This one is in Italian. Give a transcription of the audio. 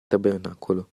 tabernacolo